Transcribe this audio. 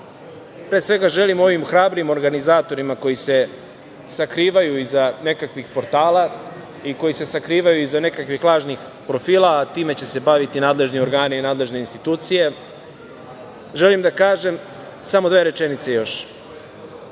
pre svega želim ovim hrabrim organizatorima koji se sakrivaju iza nekakvih portala i koji se sakrivaju iza nekakvih lažnih profila, a time će se baviti nadležni organi i nadležne institucije, želim da kažem samo dve rečenice još.